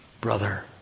Brother